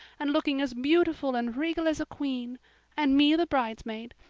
and looking as beautiful and regal as a queen and me the bridesmaid,